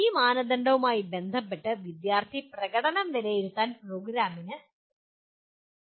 ഈ മാനദണ്ഡവുമായി ബന്ധപ്പെട്ട് വിദ്യാർത്ഥി പ്രകടനം വിലയിരുത്താൻ പ്രോഗ്രാമിന് കഴിയണം